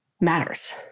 matters